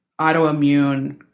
autoimmune